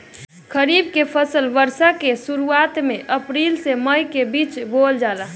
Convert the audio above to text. खरीफ के फसल वर्षा ऋतु के शुरुआत में अप्रैल से मई के बीच बोअल जाला